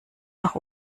nach